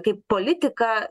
kaip politiką